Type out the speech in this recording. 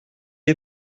est